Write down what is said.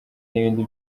n’ibindi